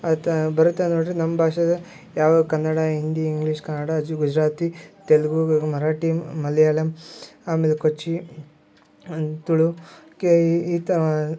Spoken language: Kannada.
ಆಯಿತಾ ಬರುತ್ತೆ ನೋಡಿರಿ ನಮ್ಮ ಭಾಷೆದು ಯಾವ್ಯಾವ ಕನ್ನಡ ಹಿಂದಿ ಇಂಗ್ಲೀಷ್ ಕನ್ನಡ ಅಜು ಗುಜರಾತಿ ತೆಲುಗು ಮರಾಠಿ ಮಲೆಯಾಳಮ್ ಆಮೇಲೆ ಕೊಚ್ಚಿ ಅನ್ ತುಳು ಕೆ ಈ ಈ ಥರ